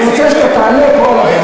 אני רוצה שאתה תעלה פה על הבמה,